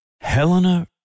Helena